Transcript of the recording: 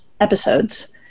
episodes